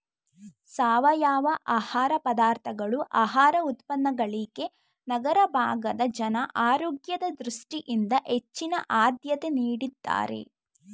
ಸಾವಯವ ಆಹಾರ ಪದಾರ್ಥಗಳು ಆಹಾರ ಉತ್ಪನ್ನಗಳಿಗೆ ನಗರ ಭಾಗದ ಜನ ಆರೋಗ್ಯದ ದೃಷ್ಟಿಯಿಂದ ಹೆಚ್ಚಿನ ಆದ್ಯತೆ ನೀಡಿದ್ದಾರೆ